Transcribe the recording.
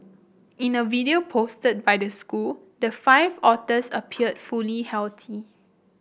in a video posted by the school the five otters appeared fully healthy